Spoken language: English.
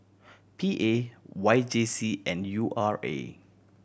P A Y J C and U R A